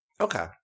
Okay